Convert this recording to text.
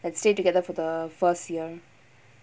and stay together for the first year